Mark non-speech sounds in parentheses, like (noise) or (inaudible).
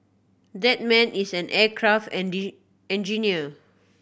that man is an aircraft (unintelligible) engineer